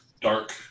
dark